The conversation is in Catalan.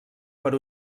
per